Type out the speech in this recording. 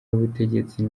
y’ubutegetsi